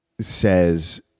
says